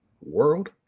world